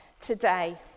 today